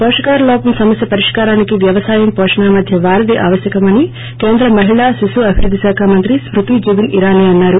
వోషకాహార లోపం సమస్య పరిష్కారానికి వ్యవసాయం పోషణ మధ్య వారధి ఆవశ్యకమని కేంద్ర మహిళా శిశు అభివృద్ధి శాఖ మంత్రి స్క్బతి జుబిన్ ఇరానీ అన్నారు